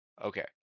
Okay